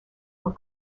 were